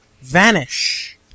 vanish